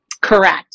Correct